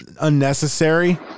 unnecessary